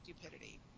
stupidity